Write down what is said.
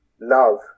love